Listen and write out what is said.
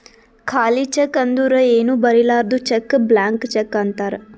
ಖಾಲಿ ಚೆಕ್ ಅಂದುರ್ ಏನೂ ಬರಿಲಾರ್ದು ಚೆಕ್ ಬ್ಲ್ಯಾಂಕ್ ಚೆಕ್ ಅಂತಾರ್